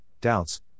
doubts